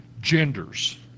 genders